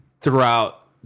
throughout